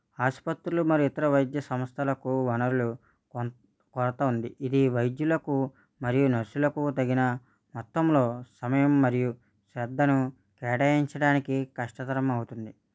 ఆసుపత్రులు మరియు ఇతర వైద్య సంస్థలకు వనరులు కొరత ఉంది ఇది వైద్యులకు మరియు నర్సులకు తగిన మొత్తంలో సమయం మరియు శ్రద్ధను కేటాయించడానికి కష్టతరము అవుతుంది